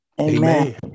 Amen